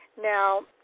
Now